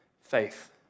faith